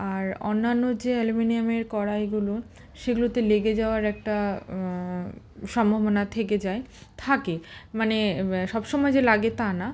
আর অন্যান্য যে অ্যালুমিনিয়ামের কড়াইগুলো সেগুলোতে লেগে যাওয়ার একটা সম্ভাবনা থেকে যায় থাকে মানে সব সময় যে লাগে তা না